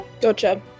Gotcha